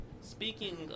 Speaking